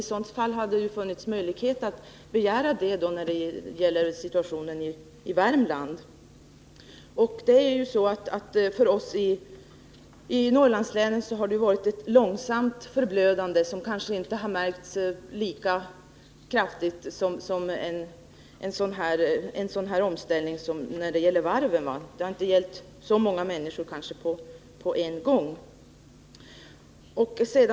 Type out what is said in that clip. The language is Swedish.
I så fall hade det funnits möjlighet att begära det för att avhjälpa situationen i Värmland. I Norrlandslänen har det ju varit ett långsamt förblödande, som kanske inte har märkts lika tydligt som omställningen på varvsorterna. Det har kanske inte gällt så många människor på en gång.